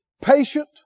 patient